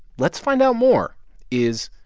let's find out more is,